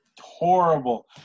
horrible